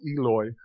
Eloy